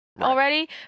already